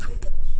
דוד, זה חשוב.